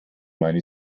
meine